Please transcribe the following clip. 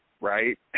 right